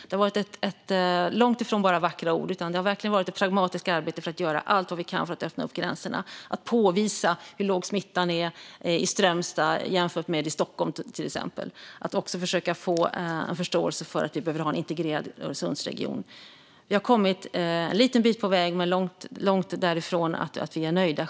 Det har varit långt ifrån bara vackra ord, och det har verkligen varit ett pragmatiskt arbete för att göra allt vad vi kan för att öppna gränserna: att påvisa hur låg smittan är i Strömstad jämfört med i Stockholm till exempel och att försöka få förståelse för att vi behöver ha en integrerad Öresundsregion. Vi har kommit en liten bit på väg, men vi är långt ifrån nöjda.